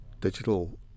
digital